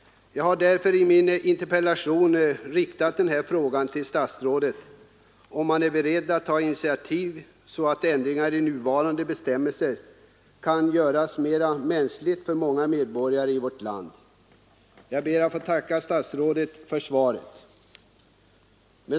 Jag har därför i min interpellation riktat frågan till statsrådet, om han är beredd att ta initiativ till sådana ändringar i nuvarande bestämmelser att situationen kan göras mera mänsklig för många medborgare i vårt land. Jag ber att få tacka statsrådet för svaret.